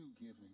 giving